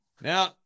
Now